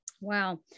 Wow